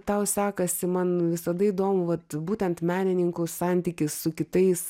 tau sekasi man visada įdomu vat būtent menininkų santykis su kitais